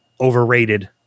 overrated